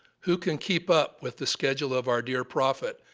who can keep up with the schedule of our dear prophet,